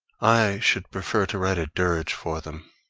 i should prefer to write a dirge for them.